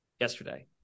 yesterday